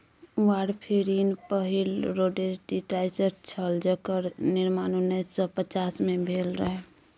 warfarin पहिल rodenticide छल जेकर निर्माण उन्नैस सय पचास मे भेल रहय